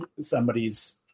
somebody's